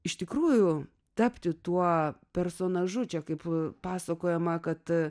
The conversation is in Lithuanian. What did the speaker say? iš tikrųjų tapti tuo personažu čia kaip pasakojama kad